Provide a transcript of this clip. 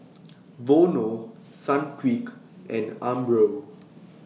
Vono Sunquick and Umbro